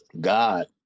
God